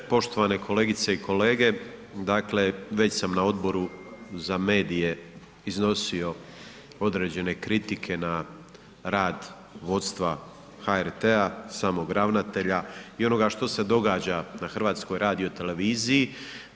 Poštovane kolegice i kolege, dakle već sam na odboru za medije iznosio određene kritike na rad vodstva HRT-a, samog ravnatelja i onoga što se događa na HRt-u.